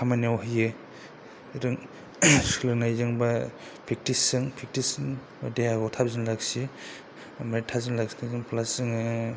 बहुथ खामानियाव होयो सोलोंनायजों एबा प्रेकटिसजों प्रेकटिस देहाखौ थाजिम लाखियो ओमफ्राय थाजिम लाखिनायजों प्लास जोङो